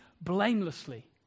blamelessly